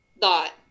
thought